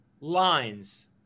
lines